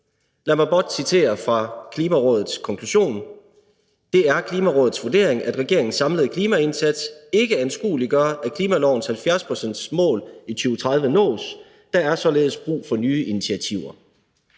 Lad mig blot citere fra Klimarådets konklusion: »Det er Klimarådets vurdering, at regeringens samlede klimaindsats ikke anskueliggør, at klimalovens 70-procentsmål i 2030 nås. Der er således behov for nye initiativer.«